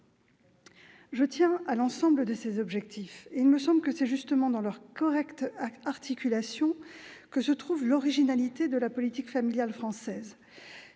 Je tiens à l'ensemble de ces objectifs, et il me semble que c'est justement dans leur correcte articulation que se trouve l'originalité de la politique familiale française.